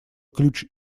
ключ